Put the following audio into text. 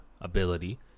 ability